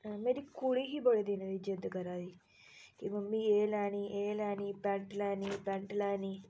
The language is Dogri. मेरी कुड़ी ही बड़े दिनें दी जिद्द करा दी कि मम्मी एह लैनी एह् लैनी पैंट लैनी पैंट लैनी